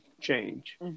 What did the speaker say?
change